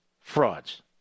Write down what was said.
frauds